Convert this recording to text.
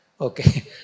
Okay